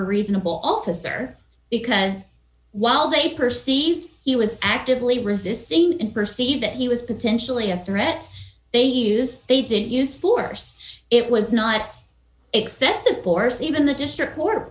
a reasonable officer because while they perceived he was actively resisting and perceived that he was potentially a threat they used they didn't use force it was not excessive force even the district